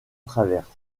traverse